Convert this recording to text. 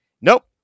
nope